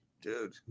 dude